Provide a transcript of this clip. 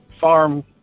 farm